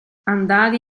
andare